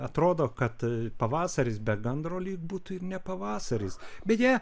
atrodo kad pavasaris be gandro lyg būtų ir ne pavasaris beje